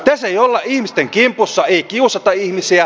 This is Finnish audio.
tässä ei olla ihmisten kimpussa ei kiusata ihmisiä